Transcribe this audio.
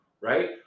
right